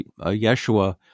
Yeshua